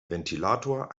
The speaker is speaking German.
ventilator